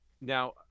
Now